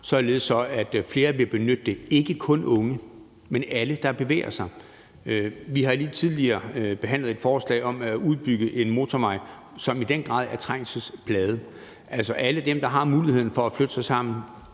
at flere vil benytte det – ikke kun unge, men alle, der bevæger sig. Vi har lige tidligere behandlet et forslag om at udbygge en motorvej, som i den grad er trængselsplaget. Altså, for alle dem, der har muligheden for at flytte sig sammen,